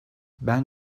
ben